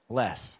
less